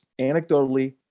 anecdotally